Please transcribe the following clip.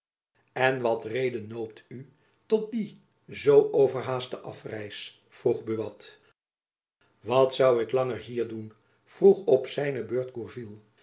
en wat reden noopt u tot die zoo overhaaste afreis vroeg buat wat zoû ik langer hier doen vroeg op zijne beurt